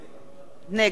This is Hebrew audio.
פניה קירשנבאום,